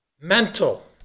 Mental